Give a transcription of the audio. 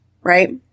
right